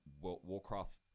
Warcraft